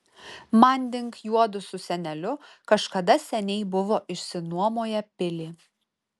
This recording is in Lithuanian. manding juodu su seneliu kažkada seniai buvo išsinuomoję pilį